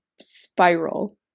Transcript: spiral